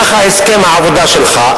כך הסכם העבודה שלך.